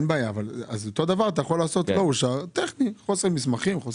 אתה יכול לרשום שלא אושר מסיבה טכנית של חוסר מסמכים.